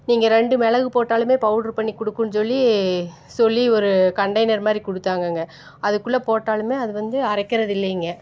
நீங்கள் ரெண்டு மிளகு போட்டாலுமே பௌட்ரு பண்ணிக் கொடுக்குன்னு சொல்லி சொல்லி ஒரு கண்டெய்னர் மாதிரி கொடுத்தாங்கங்க அதுக்குள்ளே போட்டாலுமே அது வந்து அரைக்கிறது இல்லைங்க